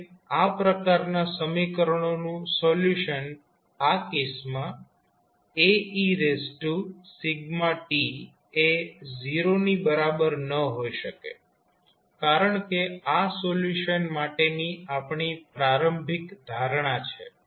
હવે આ પ્રકારના સમીકરણોનું સોલ્યુશન આ કેસમાં Aet એ 0 ની બરાબર ન હોઈ શકે કારણ કે આ સોલ્યુશન માટેની આપણી પ્રારંભિક ધારણા છે